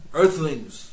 earthlings